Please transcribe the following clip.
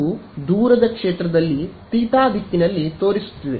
ಇದು ದೂರದ ಕ್ಷೇತ್ರದಲ್ಲಿ ತೀಟಾ ದಿಕ್ಕಿನಲ್ಲಿ ತೋರಿಸುತ್ತಿದೆ